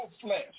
flesh